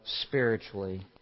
spiritually